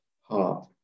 heart